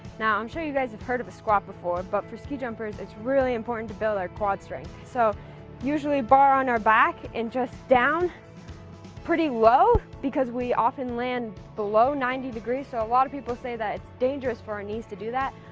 now, i'm sure you guys have heard of a squat before, but for ski jumpers, it's really important to build our quad strength. so usually, bar on our back, and just down pretty low because we often land below ninety degrees. so, a lot of people say that it's dangerous for our knees to do that,